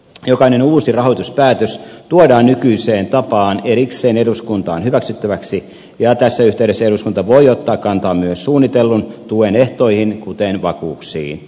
jokainen uusi rahoituspäätös tuodaan nykyiseen tapaan erikseen eduskuntaan hyväksyttäväksi ja tässä yhteydessä eduskunta voi ottaa kantaa myös suunnitellun tuen ehtoihin kuten vakuuksiin